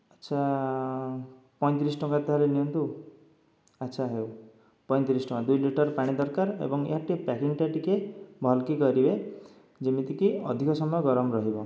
ଆଛା ପଇଁତିରିଶ ଟଙ୍କା ତାହେଲେ ନିଅନ୍ତୁ ଆଛା ହେଉ ପଇଁତିରିଶ ଟଙ୍କା ଦୁଇ ଲିଟର ପାଣି ଦରକାର ଏବଂ ଏହାର ଟିକେ ପ୍ୟାକିଂଟା ଟିକେ ଭଲ କି କରିବେ ଯେମିତି କି ଅଧିକ ସମୟ ଗରମ ରହିବ